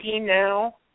now